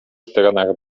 stronach